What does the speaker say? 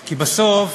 כי בסוף,